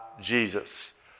jesus